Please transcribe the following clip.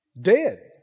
Dead